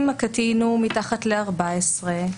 אם הקטין הוא מתחת לגיל 14,